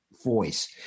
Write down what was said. voice